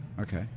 Okay